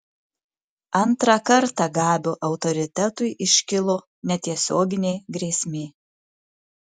antrą kartą gabio autoritetui iškilo netiesioginė grėsmė